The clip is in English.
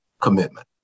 commitment